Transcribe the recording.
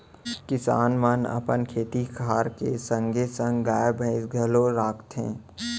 किसान मन अपन खेती खार के संगे संग गाय, भईंस घलौ राखथें